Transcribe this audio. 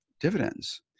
dividends